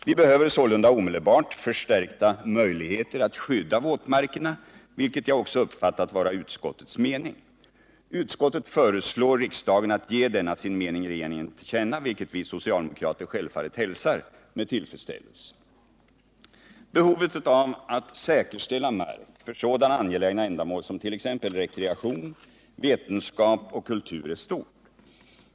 Vi behöver sålunda omedelbart förstärkta möjligheter att skydda våtmarkerna, vilket jag också uppfattat vara utskottets mening. Utskottet föreslår riksdagen att ge regeringen denna sin mening till känna, vilket vi socialdemokrater självfallet hälsar med tillfredsställelse. Behovet av att säkerställa mark för sådana angelägna ändamål som t.ex. rekreation, vetenskap och kultur är stort.